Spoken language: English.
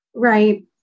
Right